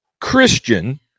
Christian